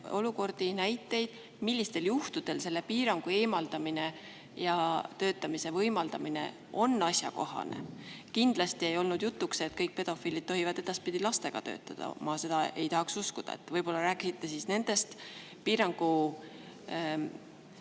kohta, millistel juhtudel selle piirangu eemaldamine ja [sellise] töötamise võimaldamine on asjakohane? Kindlasti ei olnud jutuks see, et kõik pedofiilid tohivad edaspidi lastega töötada, ma seda ei taha uskuda. Võib-olla rääkisite siis nendest piirangu